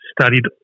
studied